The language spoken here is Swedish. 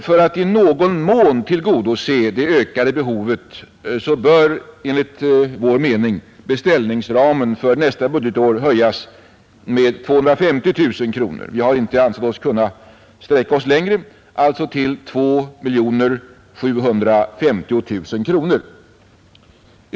För att i någon mån tillgodose det ökade behovet bör enligt vår mening beställningsramen för nästa budgetår höjas med 250 000 kronor — vi har inte ansett oss kunna sträcka oss längre — alltså till 2 750 000 kronor.